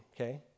okay